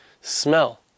smell